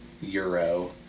Euro